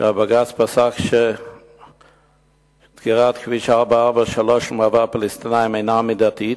בג"ץ פסק שסגירת כביש 443 למעבר פלסטינים אינה מידתית,